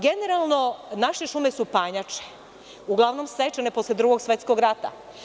Generalno, naše šume su panjače, uglavnom sečene posle Drugog svetskog rata.